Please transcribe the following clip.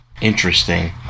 interesting